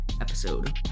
episode